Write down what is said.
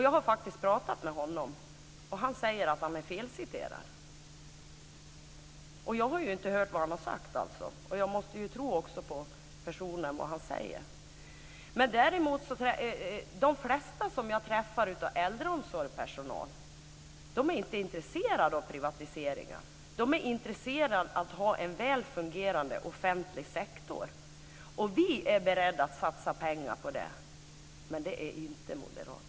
Jag har faktiskt talat med honom, och han säger att han är felciterad. Jag har inte hört vad han har sagt, och jag måste tro på vad han säger. De flesta som jag träffar av äldreomsorgspersonal är inte intresserade av privatiseringar. De är intresserade av att ha en välfungerande offentlig sektor. Vi är beredda att satsa pengar på det, men det är inte moderaterna.